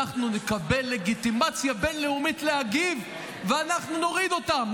ואנחנו נקבל לגיטימציה בין-לאומית להגיב ואנחנו נוריד אותם.